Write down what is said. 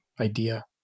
idea